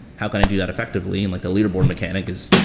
how can i do that effectively? and like the leaderboard mechanic is,